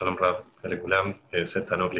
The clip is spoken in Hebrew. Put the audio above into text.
כאן.